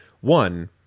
one